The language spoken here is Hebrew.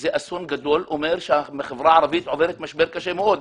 זה אסון גדול וזה אומר שהחברה הערבית עוברת משבר קשה מאוד.